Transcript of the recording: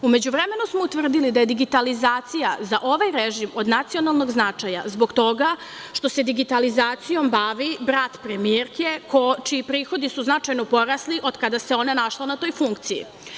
U međuvremenu smo utvrdili da je digitalizacija za ovaj režim od nacionalnog značaja zbog toga što se digitalizacijom bavi brat premijerke, čiji prihodi su značajno porasli od kada se ona našla na toj funkciji.